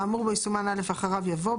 האמור בו יסומן "(א)" ואחריו יבוא: